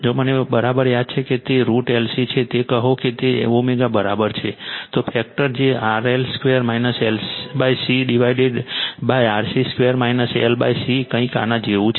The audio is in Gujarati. જો મને બરાબર યાદ છે કે તે √L C છે તો કહો કે તે ω બરાબર છે તો ફેક્ટર કે જે RL 2 LC ડિવાઇડેડRC 2 LC કંઈક આના જેવું છે